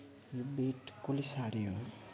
यो बेड कसले साऱ्यो